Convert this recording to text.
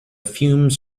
fumes